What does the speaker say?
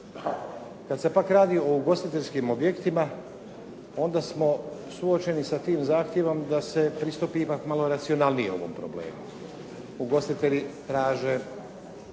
Kad se pak radi o ugostiteljskim objektima, onda smo suočeni sa tim zahtjevom da se pristupi ipak malo racionalnije ovom problemu. Ugostitelji traže